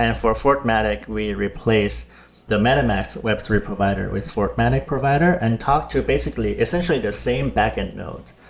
and for fortmatic, we replace the metamask web three provider with fortmatic provider and talk to basically essentially the same backend node,